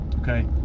Okay